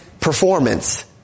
performance